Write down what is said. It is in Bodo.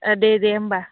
औ दे दे होनबा